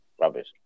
rubbish